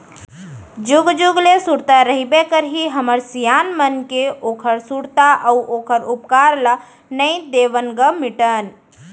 जुग जुग ले सुरता रहिबे करही हमर सियान मन के ओखर सुरता अउ ओखर उपकार ल नइ देवन ग मिटन